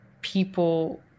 people